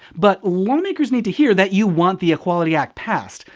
but lawmakers need to hear that you want the equality act passed.